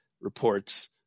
reports